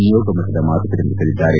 ನಿಯೋಗಮಟ್ಟದ ಮಾತುಕತೆ ನಡೆಸಲಿದ್ದಾರೆ